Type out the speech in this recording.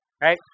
Right